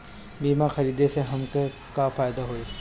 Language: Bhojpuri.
बीमा खरीदे से हमके का फायदा होई?